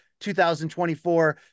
2024